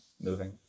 moving